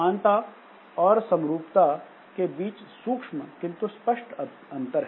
समानता और समरूपता के बीच सूक्ष्म किंतु स्पष्ट अंतर है